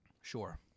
Sure